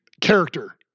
character